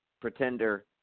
pretender